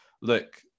look